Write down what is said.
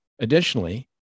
Additionally